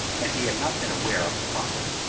and he had not been aware of the process.